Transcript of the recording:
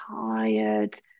tired